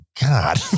God